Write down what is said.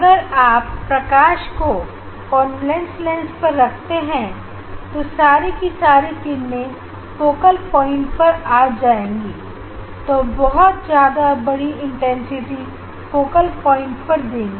अगर आप प्रकाश को कॉन्वेक्स लेंस पर रखते हो तो सारी की सारी किरणें फोकल प्वाइंट पर आ जाएंगी जो बहुत ज्यादा बड़ी इंटेंसिटी फोकल प्वाइंट पर देगी